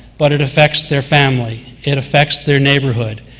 but it affects their family, it affects their neighborhood,